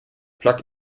plug